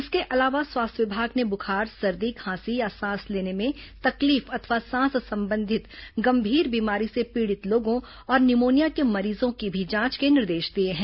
इसके अलावा स्वास्थ्य विभाग ने बुखार सर्दी खांसी या सांस लेने में तकलीफ अथवा सांस संबंधित गंभीर बीमारी से पीड़ित लोगों और निमोनिया के मरीजों की भी जांच के निर्देश दिए हैं